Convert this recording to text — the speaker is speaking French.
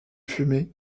fumée